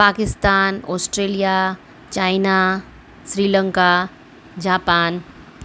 Pakistan Australia China Sri Lanka Japan